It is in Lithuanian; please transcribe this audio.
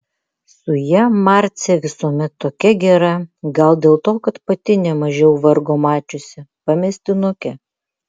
su ja marcė visuomet tokia gera gal dėl to kad pati nemažiau vargo mačiusi pamestinukė